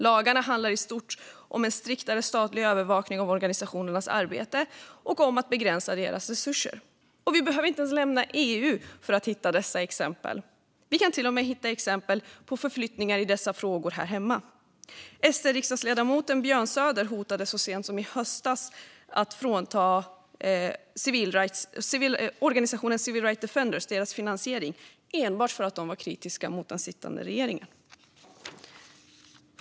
Lagarna handlar i stort om en striktare statlig övervakning av organisationernas arbete och om att begränsa deras resurser. Vi behöver inte ens lämna EU för att hitta dessa exempel. Vi kan till och med hitta exempel på förflyttningar i dessa frågor här hemma. SD-riksdagsledamoten Björn Söder hotade så sent som i höstas med att frånta organisationen Civil Rights Defenders deras finansiering enbart för att de var kritiska mot den sittande regeringen.